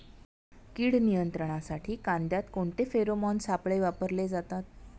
कीड नियंत्रणासाठी कांद्यात कोणते फेरोमोन सापळे वापरले जातात?